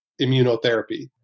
immunotherapy